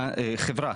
חברה,